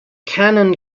canon